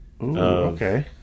okay